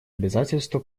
обязательства